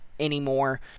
Anymore